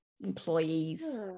employees